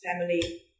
family